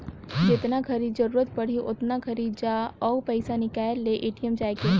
जेतना घरी जरूरत पड़ही ओतना घरी जा अउ पइसा निकाल ले ए.टी.एम जायके